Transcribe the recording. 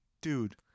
dude